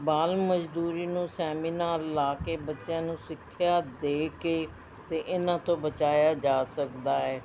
ਬਾਲ ਮਜ਼ਦੂਰੀ ਨੂੰ ਸੈਮੀਨਾਰ ਲਾ ਕੇ ਬੱਚਿਆਂ ਨੂੰ ਸਿੱਖਿਆ ਦੇ ਕੇ ਅਤੇ ਇਹਨਾਂ ਤੋਂ ਬਚਾਇਆ ਜਾ ਸਕਦਾ ਏ